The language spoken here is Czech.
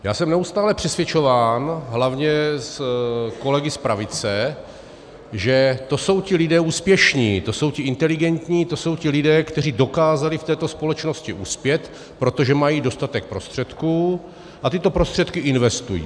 Já jsem neustále přesvědčován, hlavně kolegy z pravice, že to jsou ti lidé úspěšní, to jsou ti inteligentní, to jsou ti lidé, kteří dokázali v této společnosti uspět, protože mají dostatek prostředků a tyto prostředky investují.